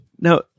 Now